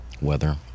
weather